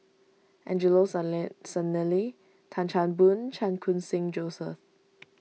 Angelo Sanelli Tan Chan Boon Chan Khun Sing Joseph